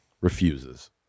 refuses